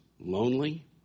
lonely